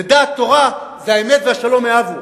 ודעת תורה זה "האמת והשלום אהבו".